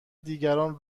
دیگران